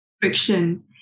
friction